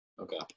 okay